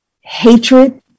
hatred